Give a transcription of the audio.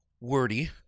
wordy